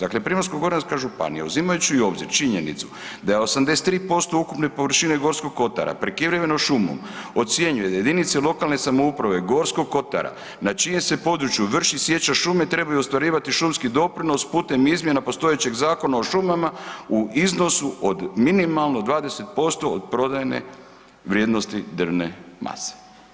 Dakle, Primorsko-goranska županija uzimajući u obzir činjenicu da je 83% ukupne površine Gorskog kotara prekriveno šumom ocjenjuje da jedinice lokalne samouprave Gorskog kotara na čijem se području vrši sječa šume trebaju ostvarivati šumski doprinos putem izmjena postojećeg Zakona o šumama u iznosu od minimalno 20% od prodajne vrijednosti drvne mase.